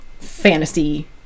fantasy